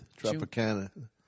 Tropicana